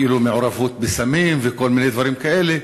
כאילו מעורבות בסמים וכל מיני דברים כאלה,